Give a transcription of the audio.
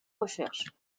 recherche